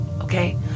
Okay